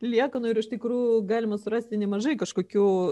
liekanų ir iš tikrųjų galima surasti nemažai kažkokių